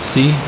See